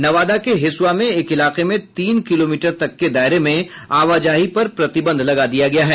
नवादा के हिसुआ में एक इलाके में तीन किलोमीटर तक के दायरे में आवाजाही पर प्रतिबंध लगा दिया गया है